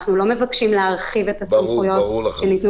אנו לא מבקשים להרחיב את הסמכויות שניתנו